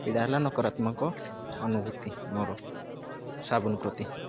ଏଗୁଡ଼ା ହେଲା ନକାରାତ୍ମକ ଅନୁଭୂତି ମୋର ସାବୁନ୍ ପ୍ରତି